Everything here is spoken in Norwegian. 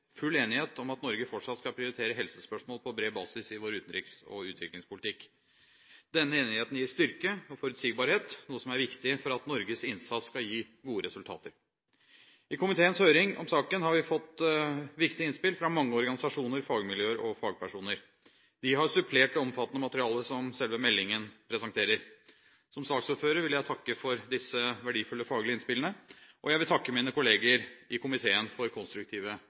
full enighet om at Norge fortsatt skal prioritere helsespørsmål på bred basis i vår utenriks- og utviklingspolitikk. Denne enigheten gir styrke og forutsigbarhet, noe som er viktig for at Norges innsats skal gi gode resultater. I komiteens høring om saken har vi fått viktige innspill fra mange organisasjoner, fagmiljøer og fagpersoner. De har supplert det omfattende materialet som selve meldingen presenterer. Som saksordfører vil jeg takke for disse verdifulle faglige innspillene, og jeg vil takke mine kolleger i komiteen for konstruktive